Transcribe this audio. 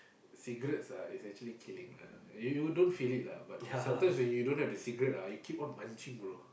cigarettes ah is actually killing lah you you don't feel it lah but sometimes when you don't have the cigarette ah you keep on munching bro